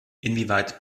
inwieweit